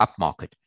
upmarket